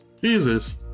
Jesus